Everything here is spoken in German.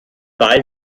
bei